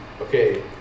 okay